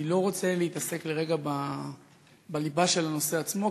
אני לא רוצה להתעסק לרגע בליבה של הנושא עצמו,